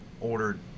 ordered